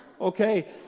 Okay